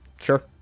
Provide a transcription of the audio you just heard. Sure